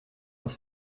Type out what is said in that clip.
aus